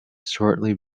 shortly